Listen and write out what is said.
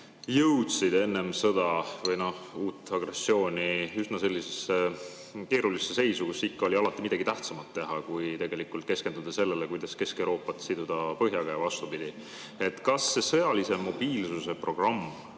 jõudsid enne sõda või uut agressiooni üsna sellisesse keerulisse seisu, kus ikka oli alati midagi tähtsamat teha kui tegelikult keskenduda sellele, kuidas Kesk-Euroopat siduda põhjaga ja vastupidi. Kas see sõjalise mobiilsuse programm,